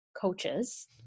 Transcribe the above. coaches